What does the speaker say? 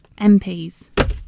MPs